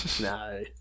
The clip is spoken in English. No